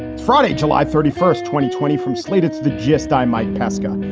friday, july thirty first, twenty twenty from slate's the gist, i'm mike pesca.